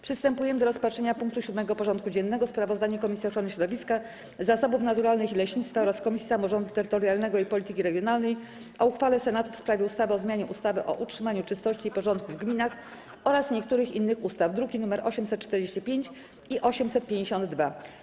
Przystępujemy do rozpatrzenia punktu 7. porządku dziennego: Sprawozdanie Komisji Ochrony Środowiska, Zasobów Naturalnych i Leśnictwa oraz Komisji Samorządu Terytorialnego i Polityki Regionalnej o uchwale Senatu w sprawie ustawy o zmianie ustawy o utrzymaniu czystości i porządku w gminach oraz niektórych innych ustaw (druki nr 845 i 852)